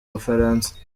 bufaransa